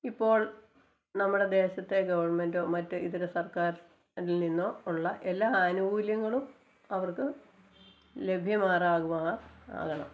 ഇപ്പോള് നമ്മുടെ ദേശത്തെ ഗവണ്മെൻറ്റ് മറ്റ് ഇതര സര്ക്കാര് രില് നിന്നോ ഉള്ള എല്ലാ ആനുകൂല്യങ്ങളും അവര്ക്ക് ലഭ്യമാറാകുവാന് ആകണം